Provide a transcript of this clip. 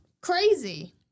Crazy